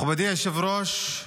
מכובדי היושב-ראש,